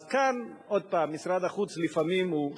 אז כאן, עוד פעם, משרד החוץ הוא לפעמים שותף.